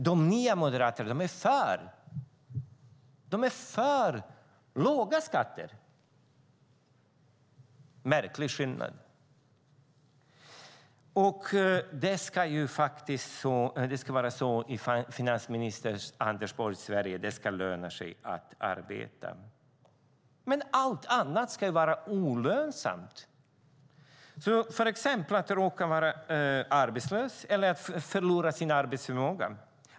De nya moderaterna är för låga skatter. Det är en märklig skillnad. I finansminister Anders Borgs Sverige ska det löna sig att arbeta. Men allt annat ska vara olönsamt, till exempel om man råkar vara arbetslös eller om man förlorar sin arbetsförmåga.